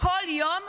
כל יום,